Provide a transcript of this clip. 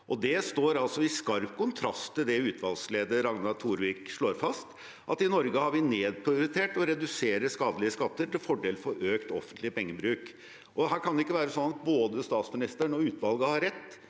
Det står altså i skarp kontrast til det utvalgsleder Ragnar Torvik slår fast, at i Norge har vi nedprioritert å redusere skadelige skatter, til fordel for økt offentlig pengebruk. Her kan det ikke være sånn at både statsministeren og utvalget har rett.